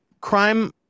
crime